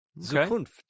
Zukunft